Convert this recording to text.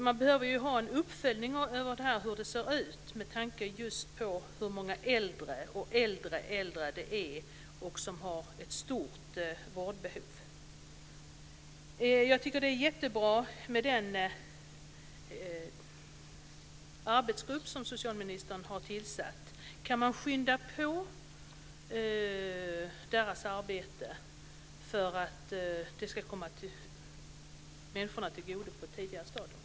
Man behöver ha en uppföljning av hur det här ser ut, just med tanke på hur många äldre, och äldre äldre, som har ett stort vårdbehov. Jag tycker att det är jättebra med den arbetsgrupp som socialministern har tillsatt. Kan man skynda på dess arbete för att det ska komma människorna till godo på ett tidigare stadium?